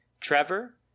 Trevor